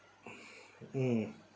mm